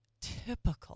Typical